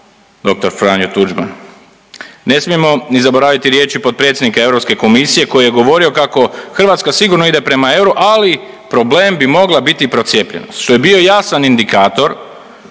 dr. Franjo Tuđman. Ne smijemo ni zaboraviti riječi potpredsjednika Europske komisije koji je govorio kako Hrvatska sigurno ide prema euru, ali problem bi mogla biti procijepljenost što je bio jasan indikator